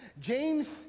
James